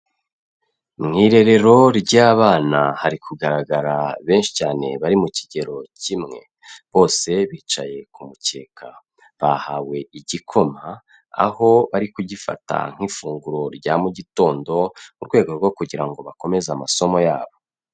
Mu irerero ry'abana hari kugaragara benshi cyane bari mu kigero kimwe, bose bicaye ku mukeka, bahawe igikoma, aho bari kugifata nk'ifunguro rya mu gitondo, mu rwego rwo kugira ngo bakomeze amasomo yabo.